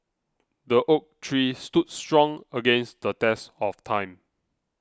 the oak tree stood strong against the test of time